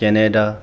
Canada